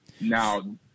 Now